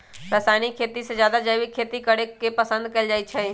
रासायनिक खेती से जादे जैविक खेती करे के पसंद कएल जाई छई